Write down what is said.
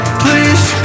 please